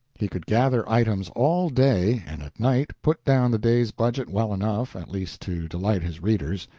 he could gather items all day, and at night put down the day's budget well enough, at least, to delight his readers.